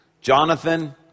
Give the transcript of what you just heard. Jonathan